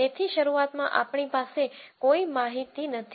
તેથી શરૂઆતમાં આપણી પાસે કોઈ માહિતી નથી